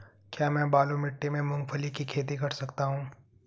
क्या मैं बालू मिट्टी में मूंगफली की खेती कर सकता हूँ?